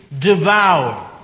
devour